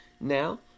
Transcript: now